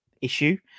issue